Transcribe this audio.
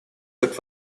как